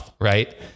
right